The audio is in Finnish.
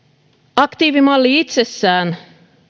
aktiivimalli itsessään